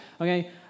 okay